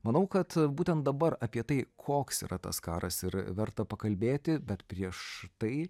manau kad būtent dabar apie tai koks yra tas karas ir verta pakalbėti bet prieš tai